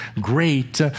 great